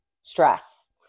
stress